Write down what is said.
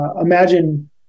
Imagine